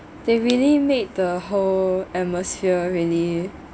they really made the whole atmosphere really